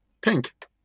Pink